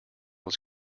was